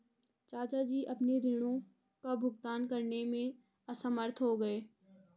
चाचा जी अपने ऋणों का भुगतान करने में असमर्थ हो गए